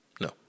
no